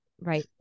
Right